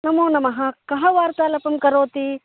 नमो नमः कः वार्तालापं करोति